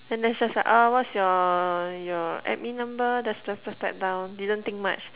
then next just oh what's your your admin number then just just type down didn't think much